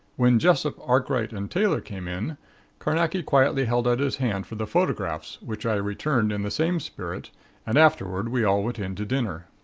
when jessop, arkright and taylor came in carnacki quietly held out his hand for the photographs which i returned in the same spirit and afterward we all went in to dinner.